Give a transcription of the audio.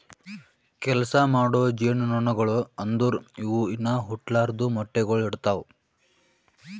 ಕೆಲಸ ಮಾಡೋ ಜೇನುನೊಣಗೊಳು ಅಂದುರ್ ಇವು ಇನಾ ಹುಟ್ಲಾರ್ದು ಮೊಟ್ಟೆಗೊಳ್ ಇಡ್ತಾವ್